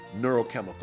neurochemical